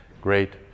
great